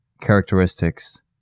characteristics